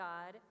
God